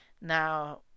now